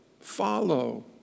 follow